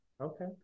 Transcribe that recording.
Okay